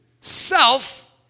self